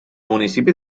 municipi